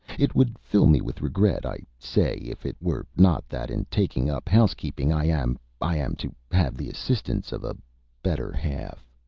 it would fill me with regret, i say, if it were not that in taking up house-keeping i am i am to have the assistance of a better-half.